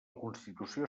constitució